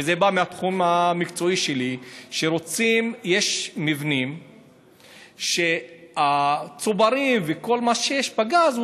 וזה בא מהתחום המקצועי שלי: יש מבנים שבהם הצוברים וכל מה שיש בגז,